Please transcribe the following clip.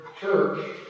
Church